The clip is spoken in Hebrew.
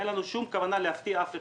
אין לנו שום כוונה להפתיע אף אחד.